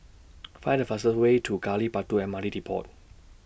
Find The fastest Way to Gali Batu M R T Depot